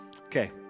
Okay